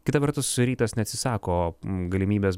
kita vertus rytas neatsisako galimybės